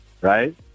right